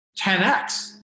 10X